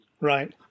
Right